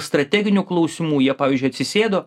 strateginių klausimų jie pavyzdžiui atsisėdo